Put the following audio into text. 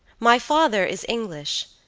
my father is english,